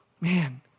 Man